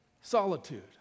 solitude